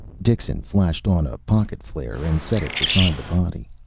dixon flashed on a pocket flare and set it beside the body.